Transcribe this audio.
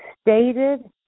stated